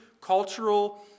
cultural